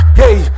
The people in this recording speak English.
hey